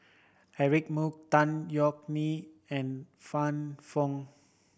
Eric Moo Tan Yeok Nee and Fann Fong